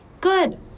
Good